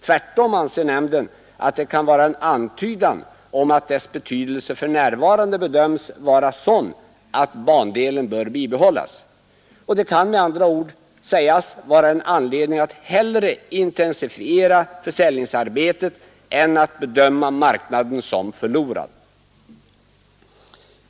Tvärtom anser nämnden att det kan vara en antydan om att dess betydelse för närvarande bedöms vara sådan att bandelen bör bibehållas. Det kan med andra ord sägas vara en anledning att hellre intensifiera försäljningsarbetet än att bedöma marknaden som förlorad.